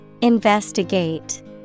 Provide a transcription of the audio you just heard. Investigate